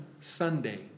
Sunday